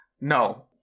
no